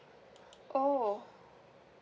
oh